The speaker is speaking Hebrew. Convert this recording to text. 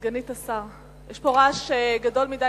סגנית השר, יש פה רעש גדול מדי.